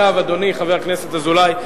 חבר הכנסת אזולאי,